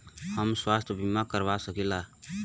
हम स्वास्थ्य बीमा करवा सकी ला?